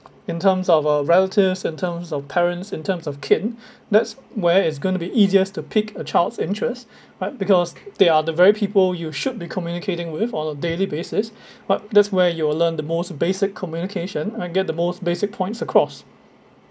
in terms of uh relatives in terms of parents in terms of kin that's where it's going to be easiest to pick a child's interest right because they are the very people you should be communicating with on a daily basis right that's where you'll learn the most basic communication and get the most basic points across